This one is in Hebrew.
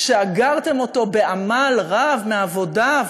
שאגרתם אותו בעמל רב מעבודה,